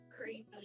Crazy